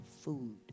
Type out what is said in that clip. food